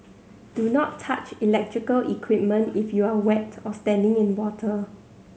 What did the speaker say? do not touch electrical equipment if you are wet or standing in water